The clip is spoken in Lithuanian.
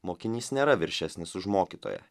mokinys nėra viršesnis už mokytoją